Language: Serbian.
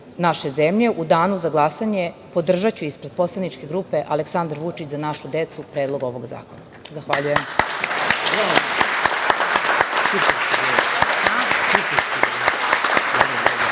naše zemlje u danu za glasanje podržaću ispred poslaničke grupe Aleksandar Vučić – za našu decu Predlog ovog zakona. Zahvaljujem.